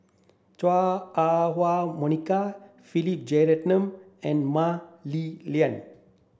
Chua Ah Huwa Monica Philip Jeyaretnam and Mah Li Lian